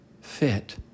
fit